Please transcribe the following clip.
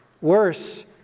Worse